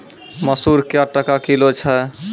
मसूर क्या टका किलो छ?